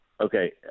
okay